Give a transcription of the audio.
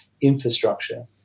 infrastructure